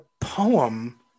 poem